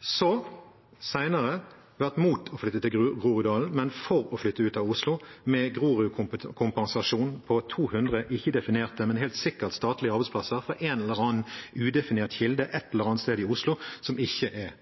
Så har de senere vært imot å flytte til Groruddalen, men for å flytte ut av Oslo med en Grorud-kompensasjon på 200 ikke-definerte, men helt sikkert statlige arbeidsplasser fra en eller annen udefinert kilde ett eller annet sted i Oslo, som ikke er